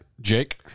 Jake